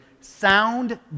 sound